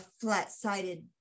flat-sided